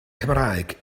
cymraeg